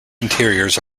interiors